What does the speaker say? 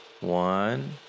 One